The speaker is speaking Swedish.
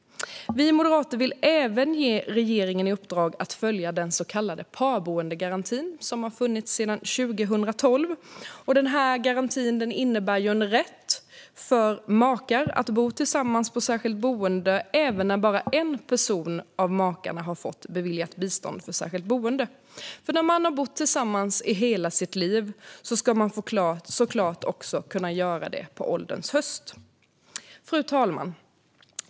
Vi moderater vill även ge regeringen i uppdrag att följa upp den så kallade parboendegarantin, som har funnits sedan 2012. Denna garanti innebär en rätt för makar att bo tillsammans på särskilt boende även när bara en av makarna har fått bistånd beviljat för särskilt boende. När man har bott tillsammans hela livet ska man såklart också kunna göra det på ålderns höst. Fru talman!